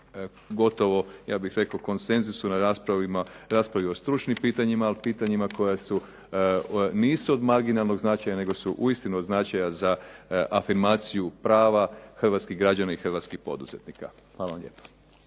gotovo ja bih rekao konsenzus na raspravi o stručnim pitanjima ali i pitanjima koja nisu od marginalnog značenja, nego su uistinu od značaja za afirmaciju prava hrvatskih građana i hrvatskih poduzetnika. Hvala lijepo.